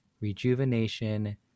rejuvenation